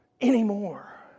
Anymore